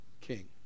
king